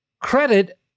credit